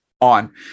on